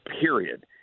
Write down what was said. period